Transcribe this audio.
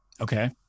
Okay